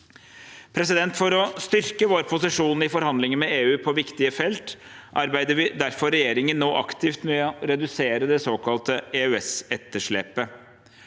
behov. For å styrke vår posisjon i forhandlinger med EU på viktige felt arbeider derfor regjeringen nå aktivt med å redusere det såkalte EØS-etterslepet.